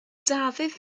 dafydd